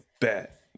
bet